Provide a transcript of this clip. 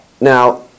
now